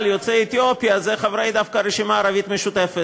יוצא אתיופיה הם דווקא חברי הרשימה הערבית המשותפת,